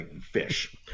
fish